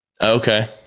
Okay